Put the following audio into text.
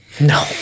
No